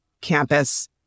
campus